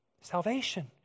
Salvation